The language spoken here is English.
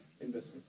Investments